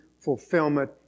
fulfillment